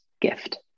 gift